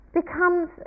becomes